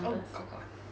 oh oh god